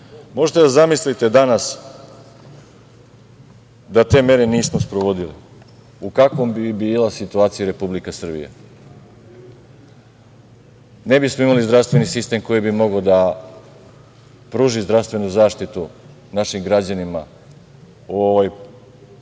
da zamislite danas da te mere nismo sprovodili, u kakvoj bi bila situaciji Republika Srbija. Ne bismo imali zdravstveni sistem koji bi mogao da pruži zdravstvenu zaštitu našim građanima u ovoj